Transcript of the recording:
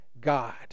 God